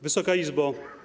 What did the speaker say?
Wysoka Izbo!